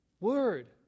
Word